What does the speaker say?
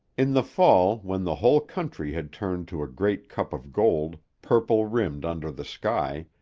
in the fall, when the whole country had turned to a great cup of gold, purple-rimmed under the sky,